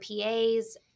PAs